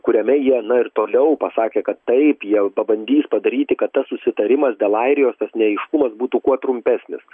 kuriame jie na ir toliau pasakė kad taip jie pabandys padaryti kad susitarimas dėl airijos tas neaiškumas būtų kuo trumpesnis